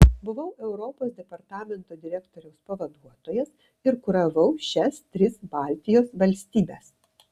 buvau europos departamento direktoriaus pavaduotojas ir kuravau šias tris baltijos valstybes